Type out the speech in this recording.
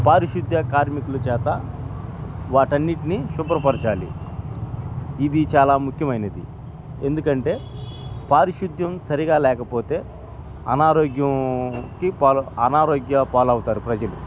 పారిశుధ కార్మికులు చేత వాటన్నిటిని శుభ్రపరచాలి ఇది చాలా ముఖ్యమైనది ఎందుకంటే పారిశుధ్యం సరిగా లేకపోతే అనారోగ్యంకి ప అనారోగ్య పాలవుతారు ప్రజలు